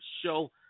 show